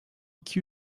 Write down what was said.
iki